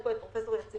יש פה את פרופ' יציב,